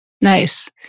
Nice